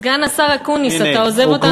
סגן השר אקוניס, אתה עוזב אותנו לבד?